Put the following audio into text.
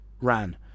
ran